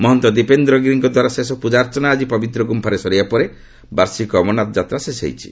ମହନ୍ତ ଦୀପେନ୍ଦ୍ର ଗିରିଙ୍କ ଦ୍ୱାରା ଶେଷ ପୂଜାର୍ଚ୍ଚନା ଆଜି ପବିତ୍ର ଗୁମ୍ଫାରେ ସରିବା ପରେ ବାର୍ଷିକ ଅମରନାଥ ଯାତ୍ରା ଶେଷ ହୋଇଥିଲା